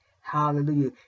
Hallelujah